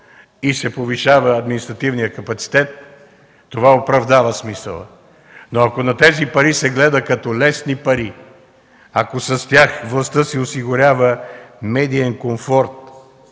и се повишава административният капацитет, това оправдава смисъла, но ако на тези пари се гледа като на лесни пари, ако с тях властта си осигурява медиен комфорт,